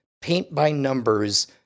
paint-by-numbers